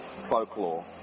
folklore